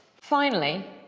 finally